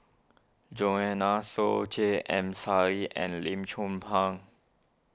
Joanne Soo J M Sali and Lim Chong Pang